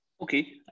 Okay